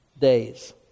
days